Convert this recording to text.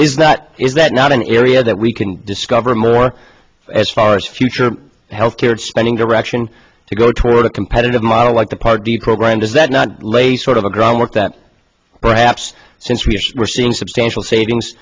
is not is that not an area that we can discover more as far as future health care spending direction to go toward a competitive model like the part d program does that not lay sort of a groundwork that perhaps since we were seeing substantial savings